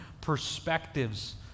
perspectives